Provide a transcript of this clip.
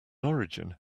origin